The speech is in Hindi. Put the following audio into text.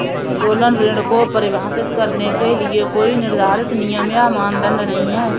उत्तोलन ऋण को परिभाषित करने के लिए कोई निर्धारित नियम या मानदंड नहीं है